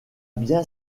bien